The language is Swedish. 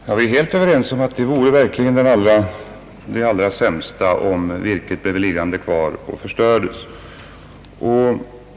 Herr talman! Finansminstern och jag är helt överens om att det sämsta verkligen vore om virket blev liggande kvar och förstördes.